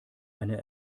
eine